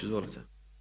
Izvolite.